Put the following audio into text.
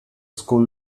school